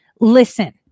listen